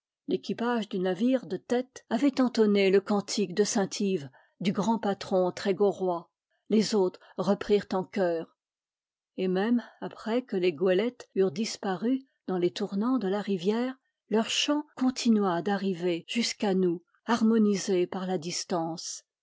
l'équipage du navire de tête avait entonné le cantique de saint yves du grand patron trégorois les autres reprirent en chœur et même après que les goélettes eurent disparu dans les tournants de la rivière leur chant continua d'arriver jusqu'à nous harmonisé par la distance